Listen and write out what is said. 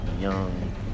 young